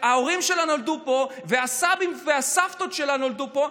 שההורים שלה נולדו פה והסבים והסבתות שלה נולדו פה,